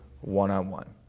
one-on-one